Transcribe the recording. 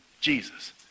Jesus